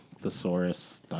Thesaurus